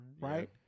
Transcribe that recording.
right